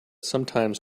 sometimes